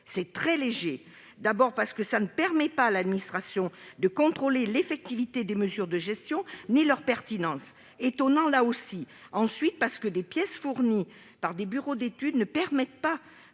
C'est très léger. D'abord, cela ne permet pas à l'administration de contrôler l'effectivité des mesures de gestion, ni leur pertinence. Là aussi, c'est étonnant. Ensuite, des pièces fournies par des bureaux d'études ne permettent pas